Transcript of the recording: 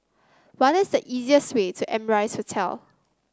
what is the easiest way to Amrise Hotel